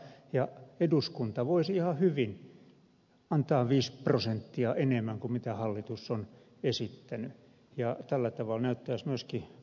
tähän voidaan vaikuttaa ja eduskunta voisi ihan hyvin antaa viisi prosenttia enemmän kuin mitä hallitus on esittänyt ja tällä tavalla näyttäisi myöskin budjettivaltaansa